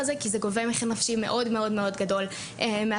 כי זה גובה מחיר נפשי מאוד גדול מהתלמידים